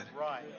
Right